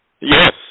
Yes